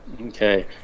Okay